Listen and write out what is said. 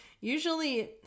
usually